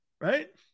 right